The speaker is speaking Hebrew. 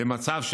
זה מצב שמתחייב.